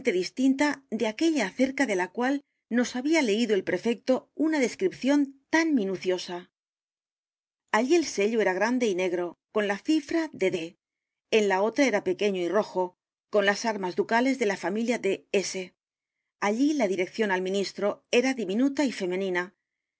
distinta de aquella acerca de la cual nos había leído el prefecto una descripción tan municiosa allí el sello era grande y n e g r o con la cifra de d en la otra era pequeño y rojo con las a r m a s ducales de la familia de s allí la dirección al ministro era diminutiva y femenina